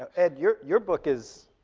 ed, your your book is,